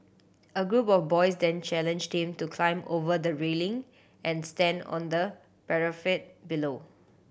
a group of boys then challenged him to climb over the railing and stand on the parapet below